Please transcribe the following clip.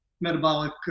metabolic